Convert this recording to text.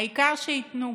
העיקר שייתנו,